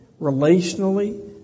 relationally